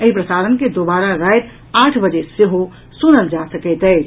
एहि प्रसारण के दोबारा राति आठ बजे सेहो सुनल जा सकैत अछि